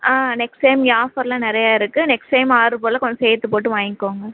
ஆ next time இங்கெ ஆஃபரெலாம் நிறைய இருக்குது நெக்ஸ்ட் டைம் ஆட்ரு போல் கொஞ்சம் சேர்த்து போட்டு வாங்கிக்கோங்க